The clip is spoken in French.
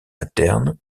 interne